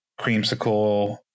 creamsicle